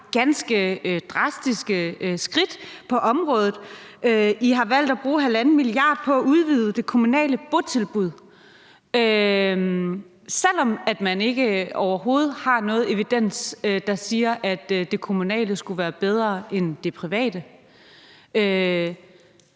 ganske drastiske skridt på området. I har valgt at bruge 1,5 mia. kr. på at udvide det kommunale botilbud, selv om man overhovedet ikke har noget evidens for, at det kommunale skulle være bedre end det private.